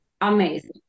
Amazing